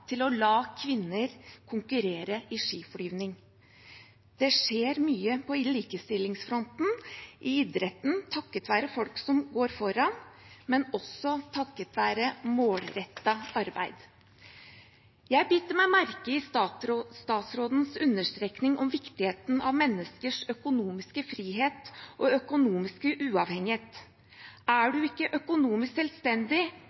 til å la kvinner konkurrere i skiflyging. Det skjer mye på likestillingsfronten i idretten takket være folk som går foran, men også takket være målrettet arbeid. Jeg biter meg merke i statsrådens understreking av viktigheten av menneskers økonomiske frihet og økonomisk uavhengighet: «For er